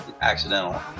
Accidental